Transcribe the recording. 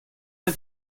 der